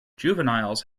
juveniles